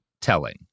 telling